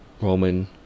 Roman